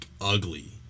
ugly